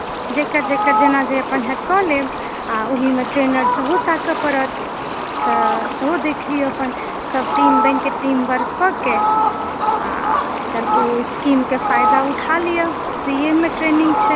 जेकर जेकर जेना जे अपन हैत से कऽ लेब आ ओहिमे ट्रेनर सेहो ताकऽ पड़त तऽ सेहो देख लीअऽ अपन सभ टीम बनिके टीम वर्क कएके आ एकर स्कीमके फायदा उठा लीअऽ फ्रीमे ट्रेनिङ्ग छै